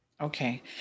Okay